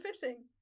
fitting